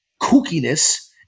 kookiness